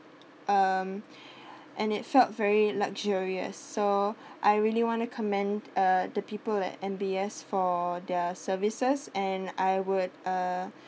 um and it felt very luxurious so I really want to comment uh the people at M_B_S for their services and I would uh